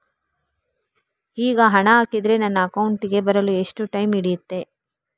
ಈಗ ಹಣ ಹಾಕಿದ್ರೆ ನನ್ನ ಅಕೌಂಟಿಗೆ ಬರಲು ಎಷ್ಟು ಟೈಮ್ ಹಿಡಿಯುತ್ತೆ?